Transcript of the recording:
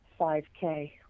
5K